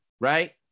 right